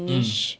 mm